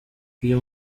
uyu